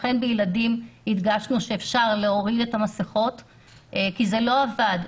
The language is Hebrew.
לכן בעבודה עם ילדים הדגשנו שאפשר להוריד את המסכות כי זה לא עבד.